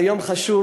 זה יום חשוב,